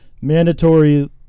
mandatory